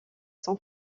son